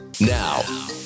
Now